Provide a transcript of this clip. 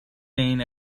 این